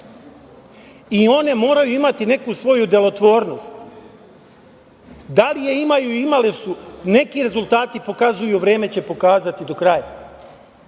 One moraju imati neku svoju delotvornost. Da li je imaju, imale su, neki rezultati pokazuju, vreme će pokazati do kraja. Ono